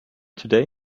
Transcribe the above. today